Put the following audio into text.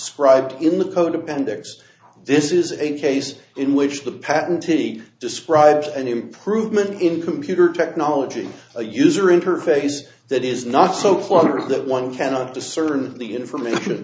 described in the code appendix this is a case in which the patent he describes an improvement in computer technology a user interface that is not so cluttered that one cannot discern the information